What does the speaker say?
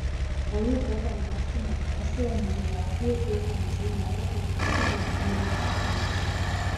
o jau po palakstymo trasoje manau gatvėje kiltų mažiau noro eikvoti benziną dideliam greičiui